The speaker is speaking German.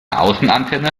außenantenne